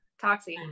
toxic